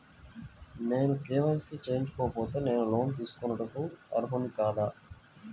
నేను కే.వై.సి చేయించుకోకపోతే నేను లోన్ తీసుకొనుటకు అర్హుడని కాదా?